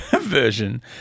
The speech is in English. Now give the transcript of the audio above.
version